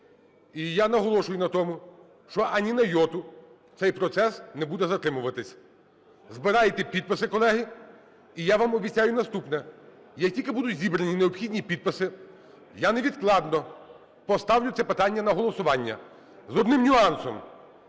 І я наголошую на тому, що ані на йоту цей процес не буде затримуватись. Збирайте підписи, колеги, і я вам обіцяю наступне. Як тільки будуть зібрані необхідні підписи, я невідкладно поставлю це питання на голосування з одним нюансом: